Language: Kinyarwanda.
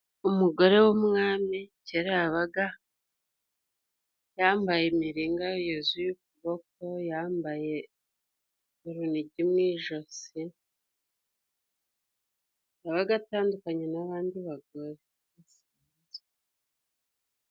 Umugore w'umwami kerabaga, yambayeringa yuzuye ukuboko, yambaye urunigi yabatandukanye n'abana.